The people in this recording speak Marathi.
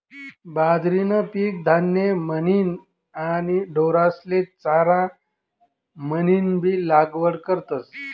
बाजरीनं पीक धान्य म्हनीन आणि ढोरेस्ले चारा म्हनीनबी लागवड करतस